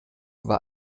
war